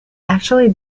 actually